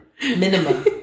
minimum